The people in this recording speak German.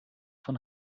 von